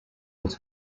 would